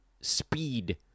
speed